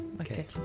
okay